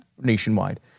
nationwide